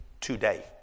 today